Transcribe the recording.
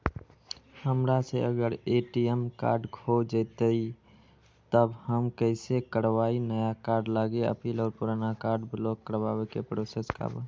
हमरा से अगर ए.टी.एम कार्ड खो जतई तब हम कईसे करवाई नया कार्ड लागी अपील और पुराना कार्ड ब्लॉक करावे के प्रोसेस का बा?